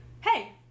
hey